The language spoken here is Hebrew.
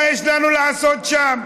מה יש לנו לעשות שם?